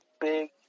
Big